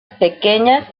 pequeñas